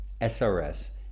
SRS